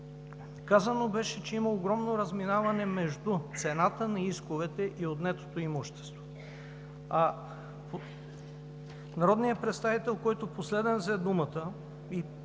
Казано беше, че има огромно разминаване между цената на исковете и отнетото имущество. Народният представител, който последен взе думата,